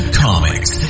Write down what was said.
comics